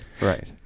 Right